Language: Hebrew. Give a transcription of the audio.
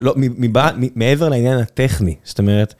לא, מעבר לעניין הטכני, זאת אומרת...